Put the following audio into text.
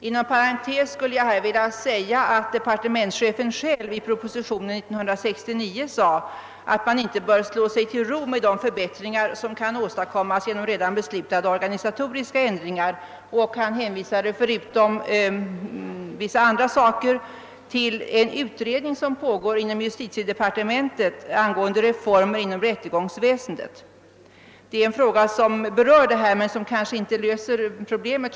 Inom parentes skulle jag vilja påpeka att departementschefen själv i propositionen 1969 uttalade att man inte får slå sig till ro med de förbättringar som kan åstadkommas genom redan beslutade organisatoriska ändringar. Han hänvisade bl.a. till en utredning som pågår inom justitiedepartementet angående reformer inom rättegångsväsendet, vilken skulle beröra tillhörande frågor.